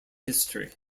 history